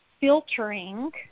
filtering